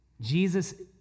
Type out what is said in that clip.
Jesus